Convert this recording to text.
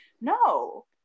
no